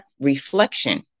reflection